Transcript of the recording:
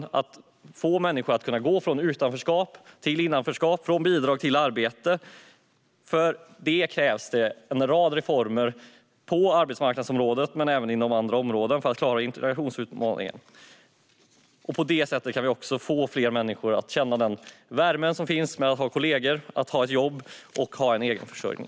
Vi måste få människor att kunna gå från utanförskap till innanförskap, från bidrag till arbete. För detta krävs en rad reformer på arbetsmarknadsområdet, men även inom andra områden. På så vis kan vi klara integrationsutmaningen, och då kan vi även få fler människor att känna den värme som finns i att ha kollegor, ett jobb och en egen försörjning.